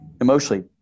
emotionally